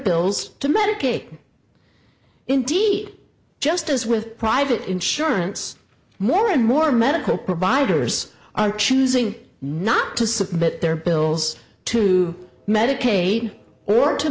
bills to medicaid indeed just as with private insurance more and more medical providers are choosing not to submit their bills to medicaid or to